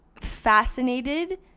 fascinated